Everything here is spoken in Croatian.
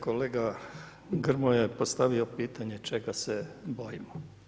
Kolega Grmoja je postavio pitanje, čega se bojimo?